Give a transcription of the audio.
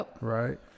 right